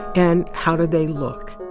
and how do they look?